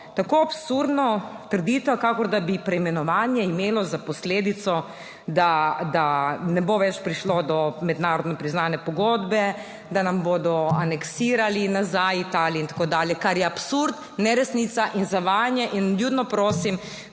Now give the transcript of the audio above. tako absurdno trditev, kakor da bi preimenovanje imelo za posledico da ne bo več prišlo do mednarodno priznane pogodbe, da nam bodo aneksirali nazaj Italiji in tako dalje, kar je absurd, neresnica in zavajanje in vljudno prosim,